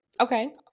Okay